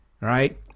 Right